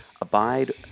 abide